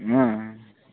अँ